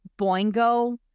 Boingo